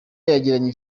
yagiranye